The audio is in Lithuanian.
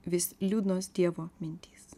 vis liūdnos dievo mintys